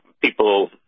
people